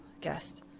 guest